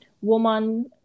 woman